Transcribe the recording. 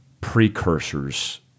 precursors